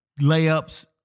Layups